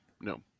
No